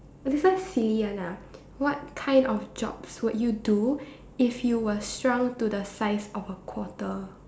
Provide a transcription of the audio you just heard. this one silly one ah what kind of jobs would you do if you were shrunk to the size of a quarter